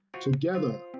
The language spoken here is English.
together